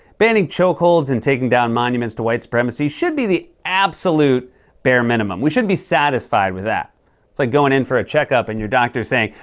banning choke holds and taking down monuments to white supremacy should be the absolute bare minimum. we shouldn't be satisfied with that. it's like going in for a checkup and your doctor saying,